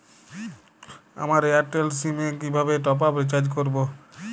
আমার Airtel sim এ কিভাবে টপ আপ রিচার্জ করবো?